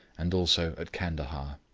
and also at candahar.